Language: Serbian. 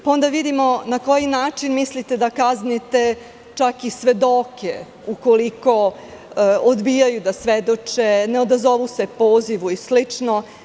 Ovde vidimo na koji način mislite da kaznite čak i svedoke ukoliko odbijaju da svedoče, ne odazovu se pozivu i slično.